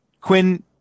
quinn